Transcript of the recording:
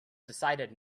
decided